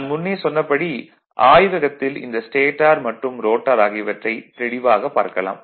நான் முன்னே சொன்னபடி ஆய்வகத்தில் இந்த ஸ்டேடார் மற்றும் ரோட்டார் ஆகியவற்றைத் தெளிவாகப் பார்க்கலாம்